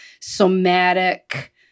somatic